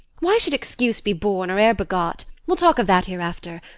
why should excuse be born or ere begot? we'll talk of that hereafter.